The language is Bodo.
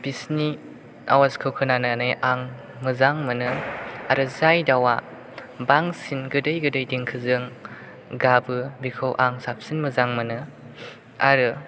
बिसोरनि आवाजखौ खोनानै आं मोजां मोनो आरो जाय दाउआ बांसिन गोदै गोदै देंखोजों गाबो बेखौ आं साबसिन मोजां मोनो आरो